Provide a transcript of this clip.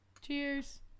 Cheers